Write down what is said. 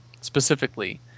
specifically